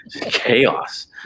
chaos